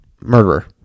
Murderer